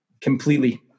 Completely